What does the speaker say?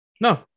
No